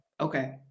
Okay